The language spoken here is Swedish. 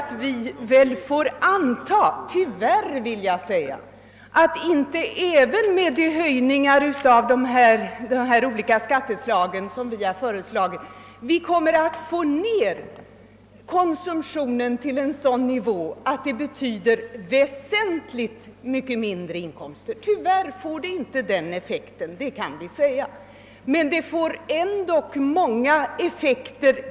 Tyvärr kommer vi inte ens med en höjning av dessa skatter som vi föreslagit att kunna få ned konsumtionen till en sådan nivå att den medför väsentligt mindre inkomster. Tyvärr får höjningen inte denna effekt.